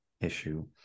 issue